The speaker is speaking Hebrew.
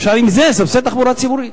אפשר בזה לסבסד תחבורה ציבורית.